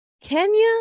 Kenya